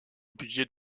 budget